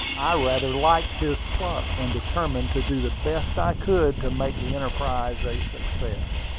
i rather liked his pluck, and determined to do the best i could to make the enterprise a success.